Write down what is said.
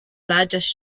largest